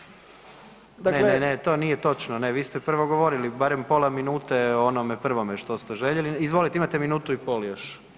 Ne, ne, ne, to nije točno, ne, vi ste prvo govorili barem pola minute o onome prvome što ste željeli, izvolite, imate minutu i pol još.